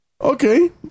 Okay